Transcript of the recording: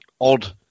odd